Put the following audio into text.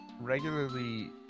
regularly